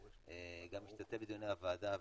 גם משתתף בדיוני הוועדה,